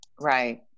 Right